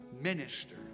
Minister